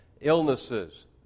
illnesses